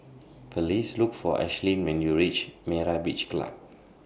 Please Look For Ashlyn when YOU REACH Myra's Beach Club